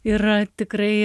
ir tikrai